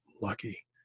lucky